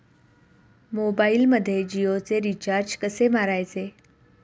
मोबाइलमध्ये जियोचे रिचार्ज कसे मारायचे?